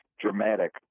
dramatic